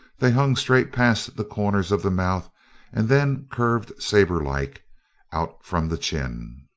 they hung straight past the corners of the mouth and then curved sabre-like out from the chin.